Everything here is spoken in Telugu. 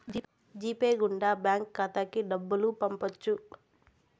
జీ పే గుండా బ్యాంక్ ఖాతాకి డబ్బులు పంపొచ్చు